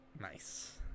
Nice